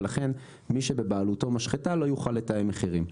ולכן מי שבבעלותו משחטה לא יוכל לתאם מחירים.